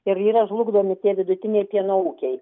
ir yra žlugdomi tie vidutiniai pieno ūkiai